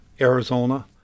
Arizona